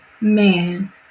Man